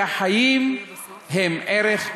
כי החיים הם ערך עליון.